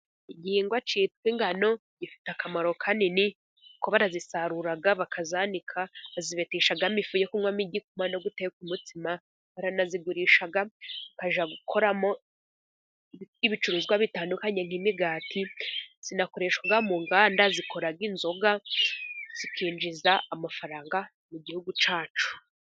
Igihingwa cyitwa ingano, gifite akamaro kanini kuko barazisarura bakazanika, bazibeteshamo ifu yo kunywamo igikoma, no gutekamo umutsima. Baranazigurisha bakajya gukoramo ibicuruzwa bitandukanye nk'imigati, zinakoreshwa mu nganda zikora inzoga, zikinjiza amafaranga mu Gihugu cyacu.